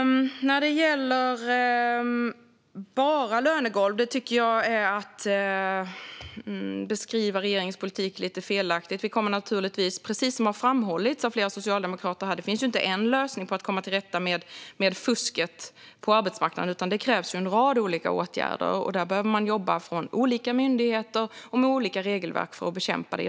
Att säga att det bara handlar om lönegolv tycker jag är att beskriva regeringens politik lite felaktigt. Precis som har framhållits av flera socialdemokrater här är det inte så att en ensam åtgärd räcker när det gäller att komma till rätta med fusket på arbetsmarknaden, utan det krävs en rad olika åtgärder. Där behöver man jobba från olika myndigheter och med olika regelverk för att bekämpa det.